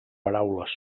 paraules